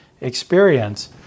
experience